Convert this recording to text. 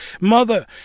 Mother